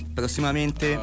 prossimamente